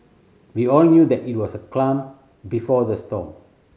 we all knew that it was the calm before the storm